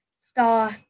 start